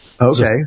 Okay